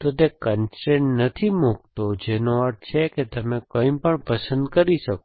તો તે કન્સ્ટ્રેઇન નથી મૂકતો જેનો અર્થ છે કે તમે કંઈપણ પસંદ કરી શકો છો